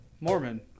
Mormon